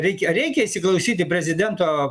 reikia reikia įsiklausyti į prezidento